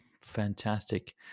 Fantastic